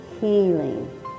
healing